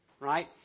Right